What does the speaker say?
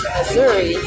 Missouri